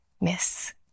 miss